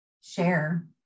share